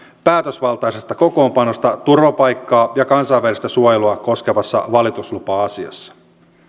päätösvaltaisesta kokoonpanosta turvapaikkaa ja kansainvälistä suojelua koskevassa valituslupa asiassa